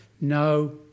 No